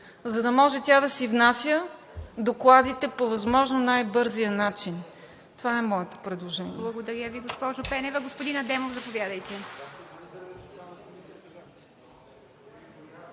за да може тя да си внася докладите по възможно най-бързия начин. Това е моето предложение.